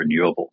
renewables